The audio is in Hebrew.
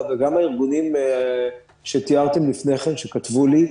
וגם הארגונים שתיארתם לפני כן שכתבו לי,